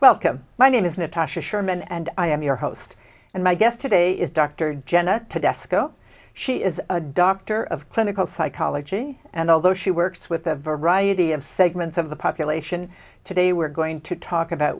welcome my name is natasha sherman and i am your host and my guest today is dr jenna to desk oh she is a doctor of clinical psychology and although she works with a variety of segments of the population today we're going to talk about